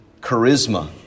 charisma